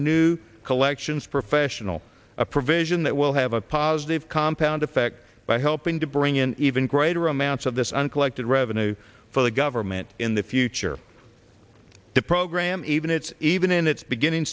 new collections professional a provision that will have a positive compound effect by helping to bring in even greater amounts of this uncollected revenue for the government in the future the program even it's even in its beginning